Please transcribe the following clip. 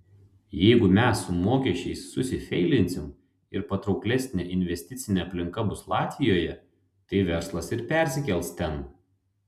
jeigu mes su mokesčiais susifeilinsim ir patrauklesnė investicinė aplinka bus latvijoje tai verslas ir persikels ten